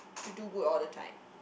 to do good all the time